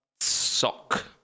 Sock